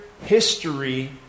history